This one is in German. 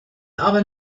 aber